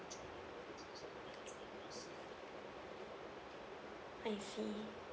I see